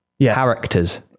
Characters